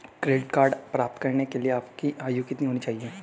Credit card प्राप्त करने के लिए आपकी आयु कितनी होनी चाहिए?